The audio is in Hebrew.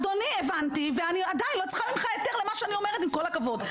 אדוני הבנתי ואני עדיין לא צריכה ממך היתר למה שאני אומרת עם כל הכבוד.